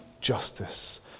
justice